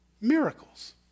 Miracles